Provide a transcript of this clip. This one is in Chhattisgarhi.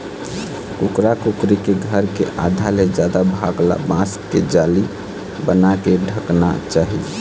कुकरा कुकरी के घर के आधा ले जादा भाग ल बांस के जाली बनाके ढंकना चाही